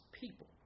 people